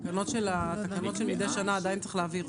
אבל התקנות של מדי שנה עדיין צריך להעביר,